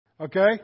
Okay